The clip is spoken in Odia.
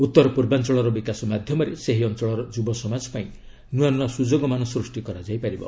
ଉତ୍ତର ପୂର୍ବାଞ୍ଚଳର ବିକାଶ ମାଧ୍ୟମରେ ସେହି ଅଞ୍ଚଳର ଯୁବସମାଜ ପାଇଁ ନୂଆ ନୂଆ ସୁଯୋଗମାନ ସୃଷ୍ଟି କରାଯାଇ ପାରିବ